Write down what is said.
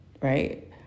Right